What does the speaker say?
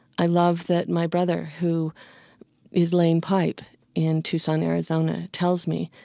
i love that my brother, who is laying pipe in tucson, arizona, tells me,